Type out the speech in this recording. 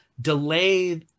delay